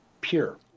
pure